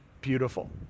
beautiful